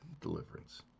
deliverance